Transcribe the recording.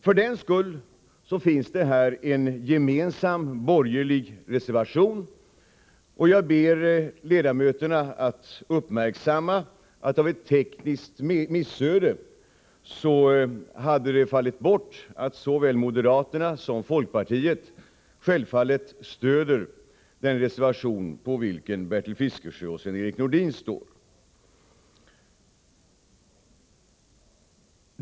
Därför finns här en gemensam borgerlig reservation, och jag ber ledamöterna att uppmärksamma att det på grund av ett tekniskt missöde hade fallit bort att såväl moderaterna som folkpartiet självfallet stöder den reservation för vilken Bertil Fiskesjö och Sven-Erik Nordin står.